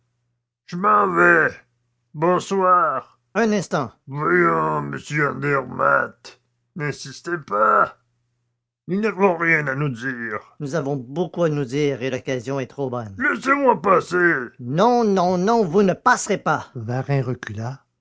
je m'en vais bonsoir un instant voyons monsieur andermatt n'insistez pas nous n'avons rien à nous dire nous avons beaucoup à nous dire et l'occasion est trop bonne laissez-moi passer non non non vous ne passerez pas varin recula